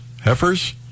Heifers